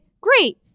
Great